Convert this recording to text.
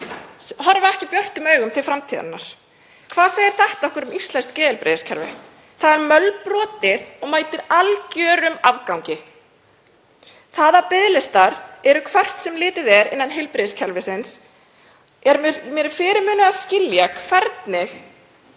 horfa ekki björtum augum til framtíðarinnar. Hvað segir þetta okkur um íslenskt heilbrigðiskerfi? Það er mölbrotið og mætir algjörum afgangi. Að það séu biðlistar hvert sem litið er innan heilbrigðiskerfisins er mér fyrirmunað að skilja, hvernig